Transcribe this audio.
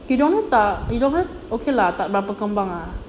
hidung dia tak hidung dia okay lah tak berapa kembang ah